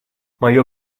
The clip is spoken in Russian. мое